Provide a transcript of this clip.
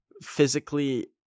physically